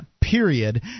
Period